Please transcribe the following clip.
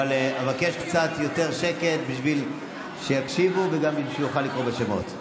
אבקש קצת יותר שקט כדי שיקשיבו וגם כדי שהוא יוכל לקרוא בשמות.